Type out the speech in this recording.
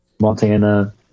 Montana